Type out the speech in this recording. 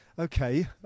okay